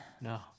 No